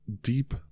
deep